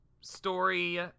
story